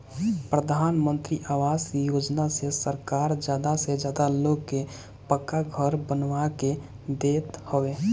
प्रधानमंत्री आवास योजना से सरकार ज्यादा से ज्यादा लोग के पक्का घर बनवा के देत हवे